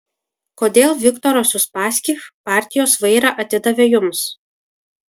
kodėl viktoras uspaskich partijos vairą atidavė jums